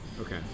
okay